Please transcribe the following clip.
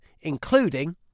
including